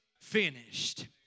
finished